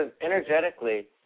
energetically